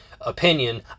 opinion